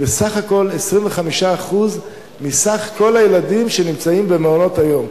היא בסך הכול לגבי 25% מכלל הילדים שנמצאים במעונות-היום.